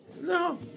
no